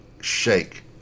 shake